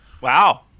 Wow